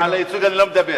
על הייצוג אני לא מדבר.